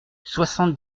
soixante